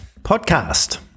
Podcast